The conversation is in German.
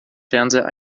fernseher